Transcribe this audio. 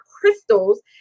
crystals